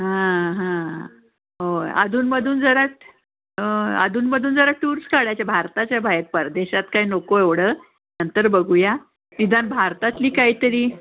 हां हां होय अधूनमधून जरा अधूनमधून जरा टुर्स काढायच्या भारताच्या बाहेर परदेशात काय नको एवढं नंतर बघूया निदान भारतातली काही तरी